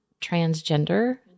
transgender